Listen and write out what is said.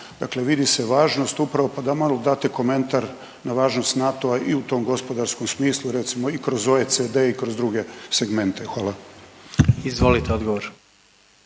dakle vidi se važnost upravo, pa da malo date komentar na važnost NATO-a i u tom gospodarskom smislu recimo i kroz OECD i kroz druge segmente, hvala. **Jandroković,